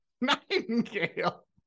Nightingale